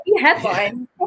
headline